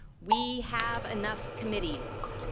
we have enough committees.